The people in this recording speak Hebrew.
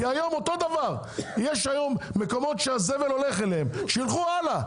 יש היום מקומות שהזבל הולך אליהם; שילכו הלאה.